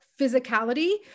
physicality